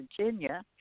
Virginia